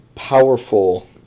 powerful